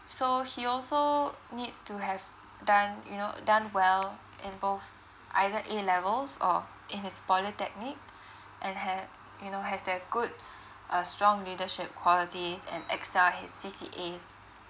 so he also needs to have done you know done well in both either A levels or in his polytechnic and has you know has that good a strong leadership qualities and excel in his C_C_A